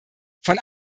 von